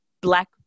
Black